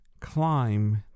climb